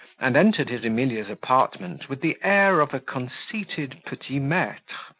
and entered his emilia's apartment with the air of a conceited petit-maitre,